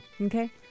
Okay